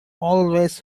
always